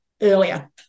earlier